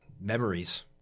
memories